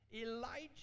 Elijah